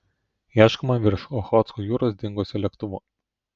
ieškoma virš ochotsko jūros dingusio lėktuvo